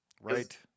Right